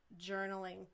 journaling